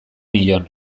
nion